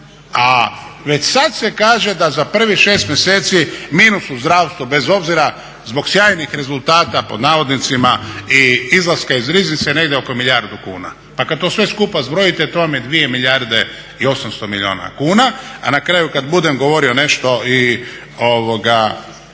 a već sad se kaže da za prvih 6 mjeseci minus u zdravstvu, bez obzira zbog sjajnih rezultata pod navodnicima i izlaska iz Riznice negdje oko milijardu kuna. Pa kad to sve skupa zbrojite to vam je dvije milijarde i 800 milijuna kuna, a na kraju kad budem govorio nešto o nalazu